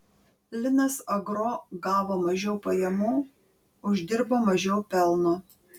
linas agro gavo mažiau pajamų uždirbo mažiau pelno